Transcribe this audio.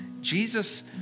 Jesus